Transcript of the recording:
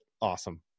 awesome